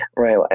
Right